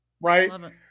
Right